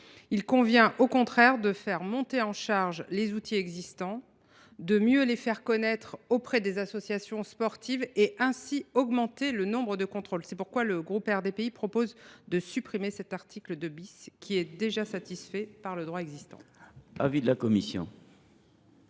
Il convient au contraire de faire monter en charge les outils existants, de mieux les faire connaître auprès des associations sportives et d’augmenter le nombre de contrôles. C’est pourquoi, par cet amendement, le groupe RDPI propose de supprimer cet article 2 , qui est déjà satisfait par le droit existant.